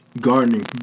gardening